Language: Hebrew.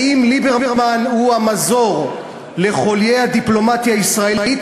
האם ליברמן הוא המזור לחוליי הדיפלומטיה הישראלית,